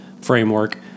framework